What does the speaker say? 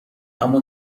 اما